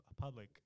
public